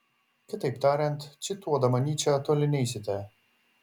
kitaip tariant cituodama nyčę toli neisite